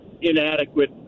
inadequate